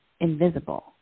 invisible